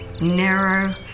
narrow